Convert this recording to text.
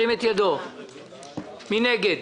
מי נגד?